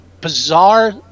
bizarre